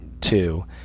two